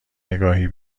نگاهی